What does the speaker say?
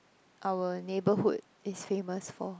our neighbourhood is famous for